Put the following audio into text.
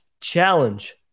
challenge